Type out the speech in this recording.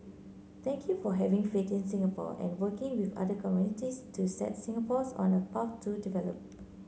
thank you for having faith in Singapore and working with other communities to set Singapores on a path to develop